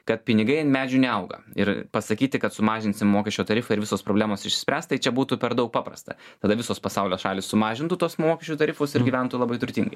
kad pinigai ant medžių neauga ir pasakyti kad sumažinsim mokesčio tarifą ir visos problemos išsispręs tai čia būtų per daug paprasta tada visos pasaulio šalys sumažintų tuos mokesčių tarifus ir gyventų labai turtingai